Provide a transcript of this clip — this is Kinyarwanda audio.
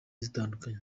zitandukanye